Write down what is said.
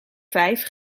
vijf